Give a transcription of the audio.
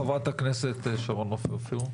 חברת הכנסת שרון רופא אופיר.